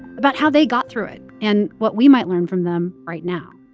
about how they got through it and what we might learn from them right now